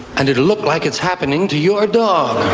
and it look like it's happening to your dog